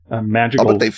Magical